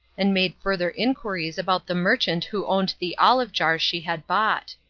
and made further inquiries about the merchant who owned the olive jars she had bought.